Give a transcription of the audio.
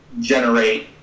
generate